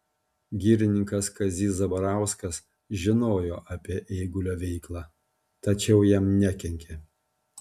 girininkas kazys zabarauskas žinojo apie eigulio veiklą tačiau jam nekenkė